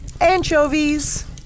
Anchovies